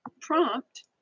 prompt